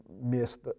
missed